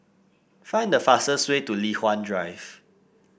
find the fastest way to Li Hwan Drive